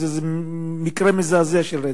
שזה מקרה מזעזע של רצח.